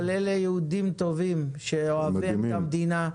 אבל אלה יהודים טובים שאוהבים את המדינה.